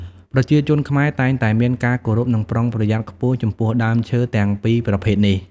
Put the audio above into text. ប្រជាជនខ្មែរតែងតែមានការគោរព និងប្រុងប្រយ័ត្នខ្ពស់ចំពោះដើមឈើទាំងពីរប្រភេទនេះ។